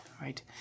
right